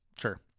Sure